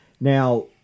Now